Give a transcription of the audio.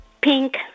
Pink